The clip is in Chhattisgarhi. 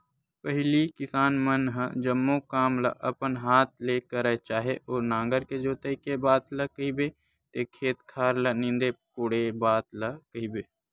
पहिली किसान मन ह जम्मो काम ल अपन हात ले करय चाहे ओ नांगर के जोतई के बात ल कहिबे ते खेत खार ल नींदे कोड़े बात ल कहिबे